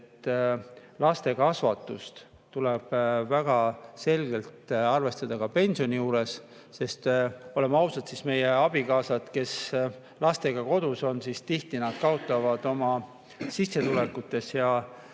et laste kasvatust tuleb väga selgelt arvestada ka pensioni juures. Oleme ausad, meie abikaasad, kes lastega kodus on, tihti kaotavad oma sissetulekutes ja